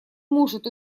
может